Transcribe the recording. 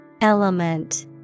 Element